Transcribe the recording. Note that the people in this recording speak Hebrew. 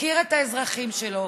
מכיר את האזרחים שלו,